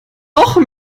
noch